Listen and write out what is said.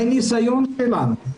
מניסיון שלנו,